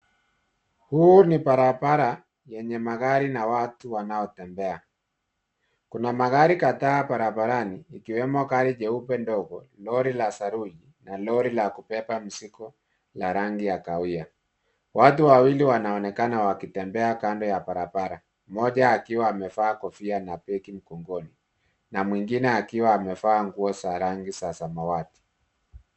Huu ni barabara yenye magari na watu wanaotembea. Kuna magari kadhaa barabarani ikiwemo gari jeupe ndogo, lori la saruji na lori la kubeba mizigo la rangi ya kahawia. Watu wawili wanaonekana wakitembea kando ya barabara mmoja akiwa amevaa kofia na begi mgongoni na mwingine akiwa amevaa nguo za rangi za samawati.